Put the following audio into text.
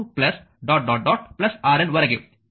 RN ವರೆಗೆ v ಅನ್ನು ಮಾಡುತ್ತಿದ್ದೇನೆ